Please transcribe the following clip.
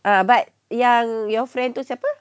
um but yang your friend tu siapa